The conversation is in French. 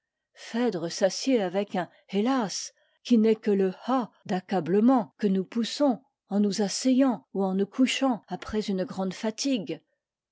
phèdre s'assied avec un hélas qui n'est que le ah d'accablement que nous poussons en nous asseyant ou en nous couchant après une grande fatigue